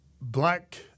black